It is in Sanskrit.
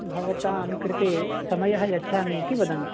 भवतां कृते समयः यच्छामि इति वदन्तु